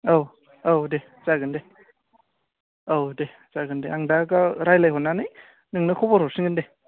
औ औ दे जागोन दे औ दे जागोन दे आं दा रायलायहरनानै नोंनो खबर हरफिनगोन दे